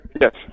Yes